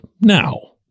now